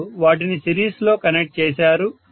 మీరు వాటిని సిరీస్లో కనెక్ట్ చేసారు